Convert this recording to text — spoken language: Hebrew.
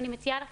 אני מציעה לכם,